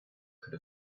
could